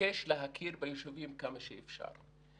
ביקש להכיר ביישובים כמה שאפשר.